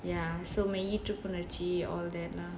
ya so மெயீற்று புணர்ச்சி:meiyeetru punarchi all that lah